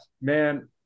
Man